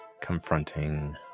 confronting